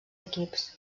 equips